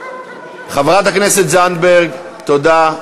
חברת הכנסת זנדברג, תודה.